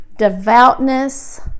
devoutness